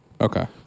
Okay